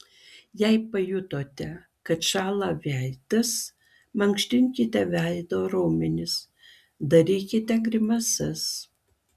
jei pajutote kad šąla veidas mankštinkite veido raumenis darykite grimasas